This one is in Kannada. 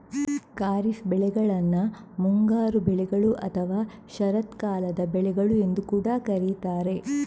ಖಾರಿಫ್ ಬೆಳೆಗಳನ್ನ ಮುಂಗಾರು ಬೆಳೆಗಳು ಅಥವಾ ಶರತ್ಕಾಲದ ಬೆಳೆಗಳು ಎಂದು ಕೂಡಾ ಕರೀತಾರೆ